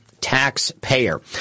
taxpayer